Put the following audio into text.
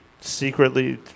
secretly